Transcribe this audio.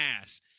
ass